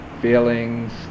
feelings